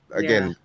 again